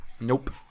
Nope